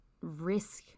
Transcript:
risk